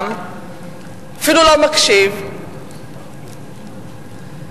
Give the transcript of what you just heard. אפילו לא מקשיב,